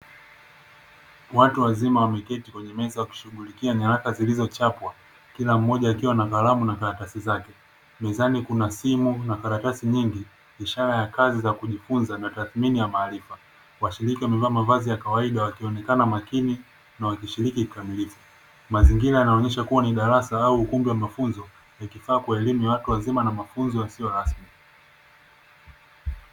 Watu wazima wameketi kwenye meza kushughulikia nyaraka zilizochapwa kila mmoja akiwa na kalamu na karatasi zake mezani kuna simu na karatasi nyingi ishara ya kazi za kujifunza na tathmini ya maarifa washirika wamevaa mavazi ya kawaida wakionekana makini na wakishiriki kikamilifu, mazingira yanaonyesha kuwa ni darasa au ukumbi wa mafunzo ya kifaa kwa elimu ya watu wazima na mafunzo yasiyo rasmi.